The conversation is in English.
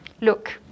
look